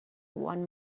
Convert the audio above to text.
one